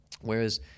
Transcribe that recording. Whereas